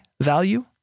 value